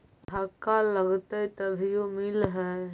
धक्का लगतय तभीयो मिल है?